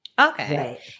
Okay